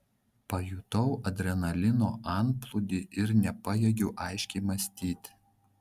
pajutau adrenalino antplūdį ir nepajėgiau aiškiai mąstyti